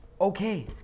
Okay